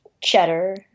Cheddar